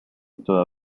toda